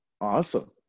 Awesome